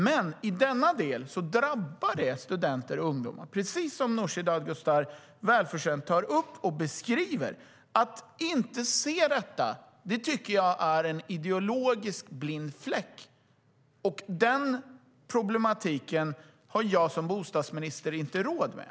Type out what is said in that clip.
Men i denna del drabbar det studenter och ungdomar, precis som Nooshi Dadgostar tar upp och välförtjänt beskriver. Att inte se detta tycker jag tyder på en ideologisk blind fläck, och den problematiken har jag som bostadsminister inte råd med.